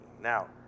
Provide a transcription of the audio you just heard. Now